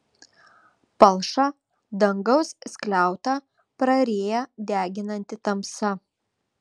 palšą dangaus skliautą praryja deginanti tamsa